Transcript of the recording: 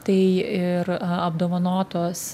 tai ir apdovanotos